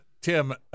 Tim